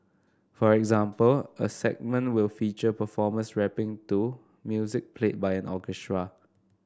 for example a segment will feature performers rapping to music played by orchestra